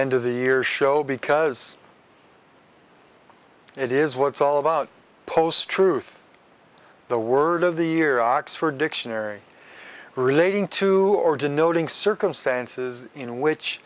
end of the year show because it is what it's all about post truth the word of the year oxford dictionary relating to or denoting circumstances in which